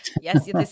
yes